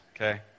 Okay